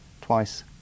twice